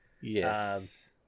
Yes